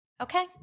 okay